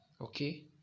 Okay